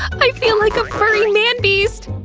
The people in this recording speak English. i feel like a furry man-beast!